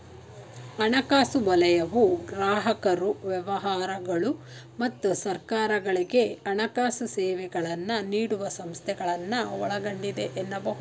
ಹಣಕಾಸು ವಲಯವು ಗ್ರಾಹಕರು ವ್ಯವಹಾರಗಳು ಮತ್ತು ಸರ್ಕಾರಗಳ್ಗೆ ಹಣಕಾಸು ಸೇವೆಗಳನ್ನ ನೀಡುವ ಸಂಸ್ಥೆಗಳನ್ನ ಒಳಗೊಂಡಿದೆ ಎನ್ನಬಹುದು